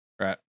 Right